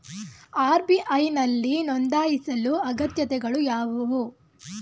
RBI ನಲ್ಲಿ ನೊಂದಾಯಿಸಲು ಅಗತ್ಯತೆಗಳು ಯಾವುವು?